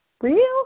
Real